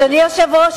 אדוני היושב-ראש,